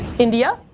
india.